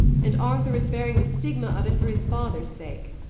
and arthur is bearing the stigma of it for his father's sake.